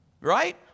Right